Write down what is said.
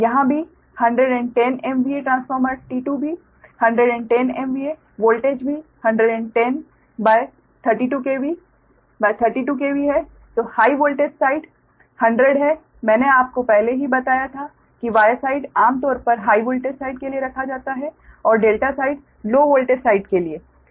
यहाँ भी 110 MVA transformer T2 भी 110 MVA वोल्टेज भी 11032 kV 32 KV है तो हाइ वोल्टेज साइड 100 है मैंने आपको पहले ही बताया था कि Y साइड आमतौर पर हाइ वोल्टेज साइड के लिए रखा जाता है और ∆ साइड लो वोल्टेज साइड के लिए है